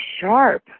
sharp